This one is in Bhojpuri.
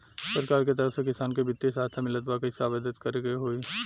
सरकार के तरफ से किसान के बितिय सहायता मिलत बा कइसे आवेदन करे के होई?